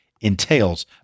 entails